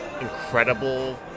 incredible